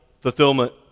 fulfillment